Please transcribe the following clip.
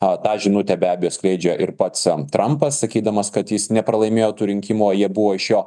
a tą žinutę be abejo skleidžia ir pats trampas sakydamas kad jis nepralaimėjo tų rinkimų jie buvo iš jo